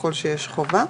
ככל שיש חובה.